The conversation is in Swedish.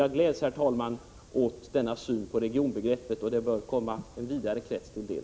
Jag upprepar att jag gläds åt den redovisade synen på regionbegreppet, och jag menar att den bör komma en vidare krets till del.